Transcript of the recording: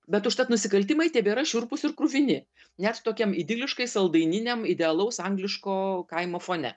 bet užtat nusikaltimai tebėra šiurpūs ir kruvini net tokiam idiliškai saldaininiam idealaus angliško kaimo fone